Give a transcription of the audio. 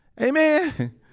amen